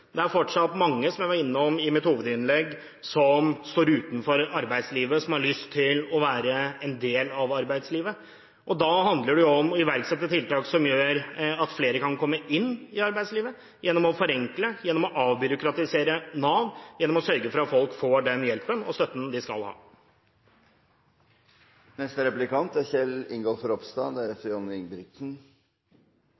Det er fortsatt mange, som jeg var innom i mitt hovedinnlegg, som står utenfor arbeidslivet, som har lyst til å være en del av arbeidslivet. Da handler det om å iverksette tiltak som gjør at flere kan komme inn i arbeidslivet, gjennom å forenkle, gjennom å avbyråkratisere Nav og gjennom å sørge for at folk får den hjelpen og støtten de skal ha. Der er